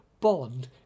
Bond